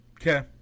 Okay